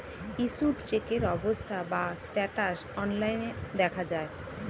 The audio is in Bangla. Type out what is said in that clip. ইস্যুড চেকের অবস্থা বা স্ট্যাটাস অনলাইন দেখা যায়